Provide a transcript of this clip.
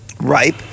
ripe